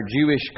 jewish